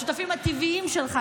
השותפים הטבעיים שלך,